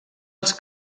els